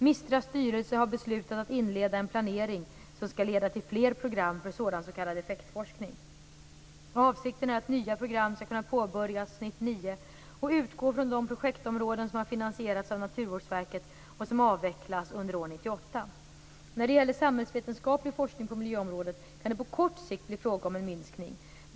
MISTRA:s styrelse har beslutat att inleda en planering som skall leda till fler program för sådan s.k. effektforskning. Avsikten är att nya program skall kunna påbörjas 1999 och utgå från de projektområden som har finansierats av Naturvårdsverket och som avvecklas under 1998. När det gäller samhällsvetenskaplig forskning på miljöområdet kan det på kort sikt bli fråga om en minskning.